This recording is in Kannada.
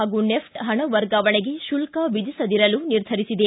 ಹಾಗೂ ನೆಫ್ಟ ಹಣ ವರ್ಗಾವಣೆಗೆ ಶುಲ್ಕ ವಿಧಿಸದಿರಲು ನಿರ್ಧರಿಸಿದೆ